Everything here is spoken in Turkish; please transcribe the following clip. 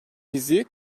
bizi